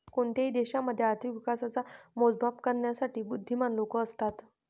कोणत्याही देशामध्ये आर्थिक विकासाच मोजमाप करण्यासाठी बुध्दीमान लोक असतात